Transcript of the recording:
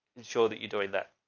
and show that you're doing that.